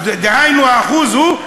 הנה הקיפוח.